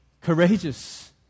courageous